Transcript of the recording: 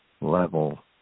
level